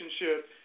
relationship